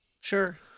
Sure